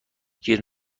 گیر